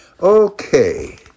Okay